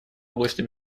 области